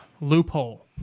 loophole